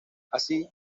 así